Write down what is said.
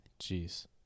Jeez